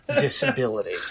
disability